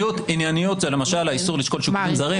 ענייניות זה למשל האיסור לשקול שיקולים זרים,